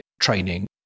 training